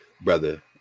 Brother